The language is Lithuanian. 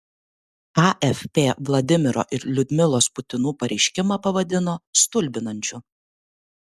afp vladimiro ir liudmilos putinų pareiškimą pavadino stulbinančiu